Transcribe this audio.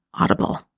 Audible